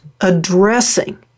addressing